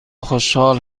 خوشحال